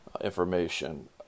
information